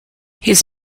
his